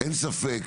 אין ספק